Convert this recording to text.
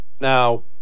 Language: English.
Now